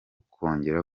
kongera